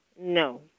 No